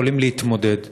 יכול להתמודד.